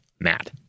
Matt